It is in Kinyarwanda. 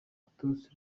aturutse